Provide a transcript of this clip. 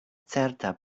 certa